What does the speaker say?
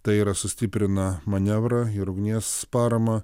tai yra sustiprina manevrą ir ugnies paramą